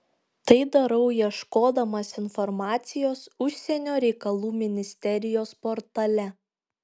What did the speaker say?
tai darau ieškodamas informacijos užsienio reikalų ministerijos portale